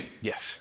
Yes